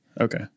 Okay